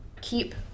keep